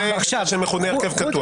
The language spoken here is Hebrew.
זה מה שמכונה "הרכב קטוע".